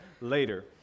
later